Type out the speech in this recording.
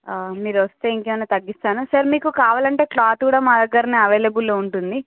మీరు వస్తే ఇంకేమైనా తగ్గిస్తాను సార్ మీకు కావాలంటే క్లాత్ కూడా మా దగ్గరే అవైలబుల్లో ఉంటుంది